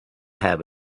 have